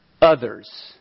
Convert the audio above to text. others